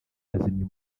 bazimya